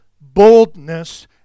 boldness